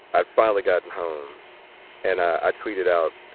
i've finally gotten home and i tweeted out,